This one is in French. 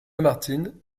lamartine